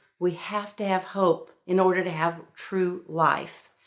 we have to have hope in order to have true life.